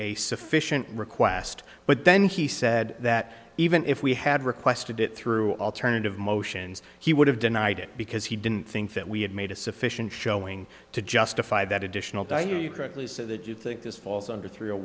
a sufficient request but then he said that even if we had requested it through alternative motions he would have denied it because he didn't think that we had made a sufficient going to justify that additional di you correctly say that you think this falls under three